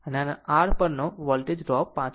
આમ નાના r પરનો વોલ્ટેજ ડ્રોપ 5